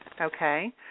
okay